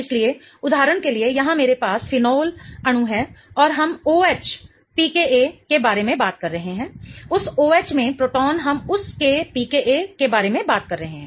इसलिए उदाहरण के लिए यहां मेरे पास फिनोल अणु है और हम O H pKa के बारे में बात कर रहे हैं उस O H में प्रोटॉन हम उस के pKa के बारे में बात कर रहे हैं